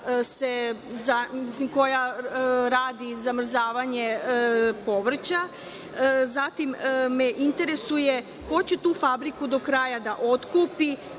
koja radi zamrzavanje povrća? Dalje me interesuje, ko će tu fabriku do kraja da otkupi